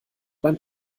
beim